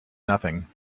nothing